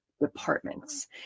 Departments